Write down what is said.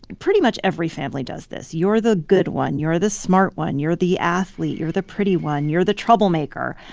pretty much every family does this. you're the good one. you're the smart one. you're the athlete. you're the pretty one. you're the troublemaker.